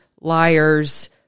liars